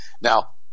Now